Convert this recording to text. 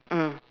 mm